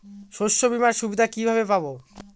শস্যবিমার সুবিধা কিভাবে পাবো?